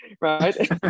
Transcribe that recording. right